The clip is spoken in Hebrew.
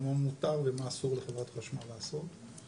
מה מותר ומה אסור לחברת חשמל לעשות.